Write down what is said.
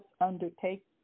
undertake